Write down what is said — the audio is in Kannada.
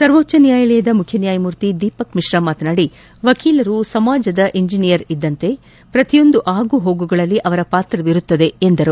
ಸವೋಚ್ವ ನ್ವಾಯಾಲಯದ ಮುಖ್ಯನ್ವಾಯಮೂರ್ತಿ ದೀಪಕ್ ಮಿಶ್ರಾ ಮಾತನಾಡಿ ವಕೀಲರು ಸಮಾಜದ ಇಂಜಿನಿಯರ್ ಇದ್ಗಂತೆ ಪ್ರತಿಯೊಂದು ಆಗುಹೋಗುಗಳಲ್ಲಿ ಆವರ ಪಾತ್ರವಿರುತ್ತದೆ ಎಂದರು